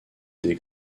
des